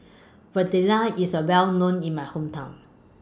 Fritada IS Well known in My Hometown